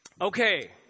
Okay